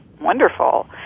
wonderful